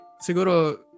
seguro